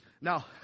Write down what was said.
Now